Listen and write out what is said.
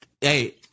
Hey